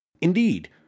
Indeed